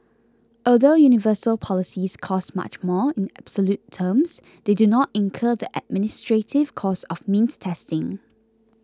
although universal policies cost much more in absolute terms they do not incur the administrative costs of means testing